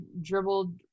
dribbled